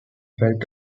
felt